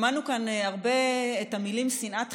שמענו כאן הרבה את המילים "שנאת חינם"